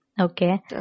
Okay